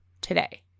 today